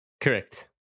Correct